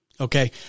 Okay